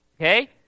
okay